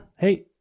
hey